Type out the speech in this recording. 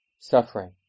suffering